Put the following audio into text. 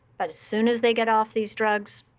but as soon as they get off these drugs,